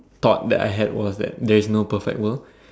thought that I had was that there is no perfect world